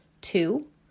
Two